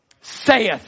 saith